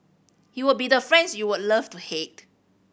you would be the friends you would love to hate